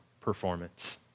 performance